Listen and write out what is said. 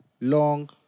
long